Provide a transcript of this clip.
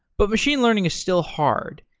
but machine learning is still hard.